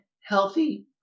healthy